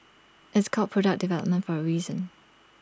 it's called product development for A reason